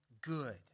good